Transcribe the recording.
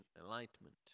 enlightenment